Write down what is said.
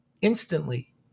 instantly